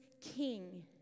King